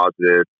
positive